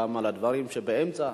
גם על הדברים שבאמצע.